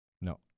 No